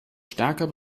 stärker